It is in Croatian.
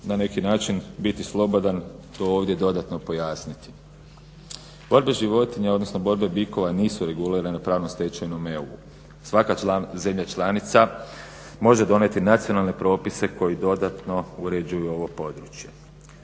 na neki način biti slobodan to ovdje dodatno pojasniti. Borbe životinja, odnosno borbe bikova nisu regulirane pravnom stečevinom EU. Svaka zemlja članica može donijeti nacionalne propise koji dodatno uređuju ovo područje